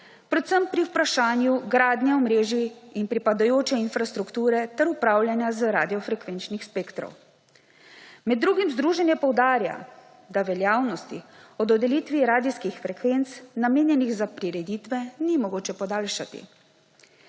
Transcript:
predvsem pri vprašanju gradnje omrežij in pripadajoče infrastrukture ter upravljanja z radiofrekvenčnim spektrov. Med drugim združenje poudarja, da veljavnosti o dodelitvi radijskih frekvenc, namenjenih za prireditve, ni mogoče podaljšati.